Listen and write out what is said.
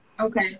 Okay